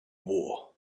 war